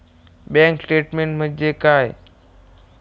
Bank statement म्हणजे काय?